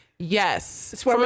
Yes